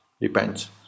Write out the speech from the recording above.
depends